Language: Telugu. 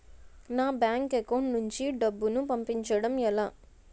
నా బ్యాంక్ అకౌంట్ నుంచి డబ్బును పంపించడం ఎలా?